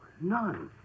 none